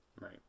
Right